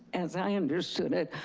as i understood it,